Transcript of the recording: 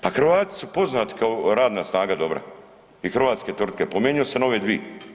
Pa Hrvati su poznati kao radna snaga dobra i hrvatske tvrtke, spomenuo sam ove dvi.